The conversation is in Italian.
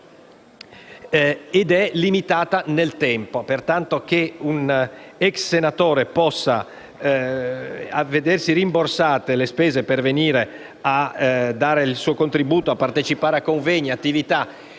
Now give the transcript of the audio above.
ed è limitata nel tempo. Pertanto, che un ex senatore possa vedersi rimborsate le spese per venir a dare il suo contributo a partecipare a convegni o ad attività